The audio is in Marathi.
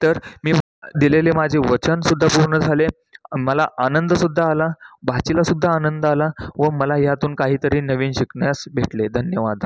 तर मी दिलेले माझे वचनसुद्धा पूर्ण झाले मला आनंदसुद्धा आला भाचीलासुद्धा आनंद आला व मला यातून काहीतरी नवीन शिकण्यास भेटले धन्यवाद